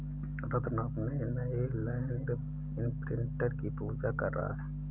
रत्न अपने नए land imprinter की पूजा कर रहा है